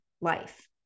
life